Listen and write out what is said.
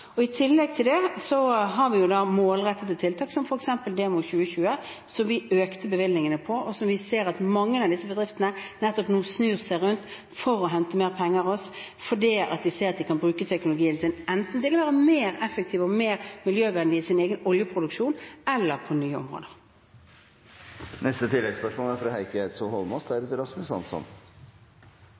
I tillegg til det har vi målrettede tiltak, som f.eks. Demo 2020, som vi økte bevilgningene til, og som vi ser at mange av disse bedriftene nå snur seg mot for å hente mer penger hos, fordi de ser at de kan bruke teknologien sin, enten til å være mer effektive og mer miljøvennlige i sin egen oljeproduksjon eller på nye områder. Heikki Eidsvoll Holmås – til oppfølgingsspørsmål. Oslo og Akershus har etter pålegg fra